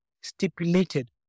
stipulated